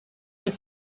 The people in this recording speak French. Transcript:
les